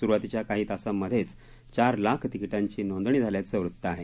सुरुवातीच्या काही तासांमध्येच चार लाख तिकिटांची नोंदणी झाल्याचं वृत्त आहे